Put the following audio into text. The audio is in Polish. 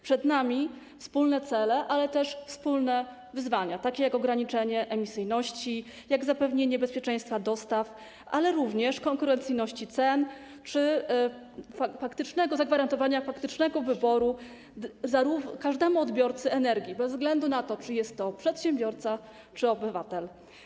Przed nami wspólne cele, ale tez wspólne wyzwania, takie jak ograniczenie emisyjności, jak zapewnienie bezpieczeństwa dostaw, ale również konkurencyjności cen czy zagwarantowania faktycznego wyboru każdemu odbiorcy energii bez względu na to, czy jest to przedsiębiorca, czy jest to obywatel.